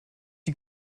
die